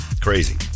Crazy